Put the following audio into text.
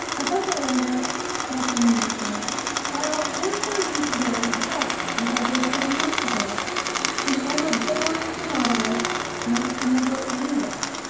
professor aronnax, captain nemo said i'll answer you today just as i did seven months ago whoever boards the nautilus must never leave it.